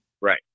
Right